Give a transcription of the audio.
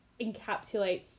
encapsulates